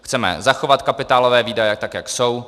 Chceme zachovat kapitálové výdaje tak, jak jsou.